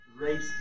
race